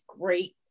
great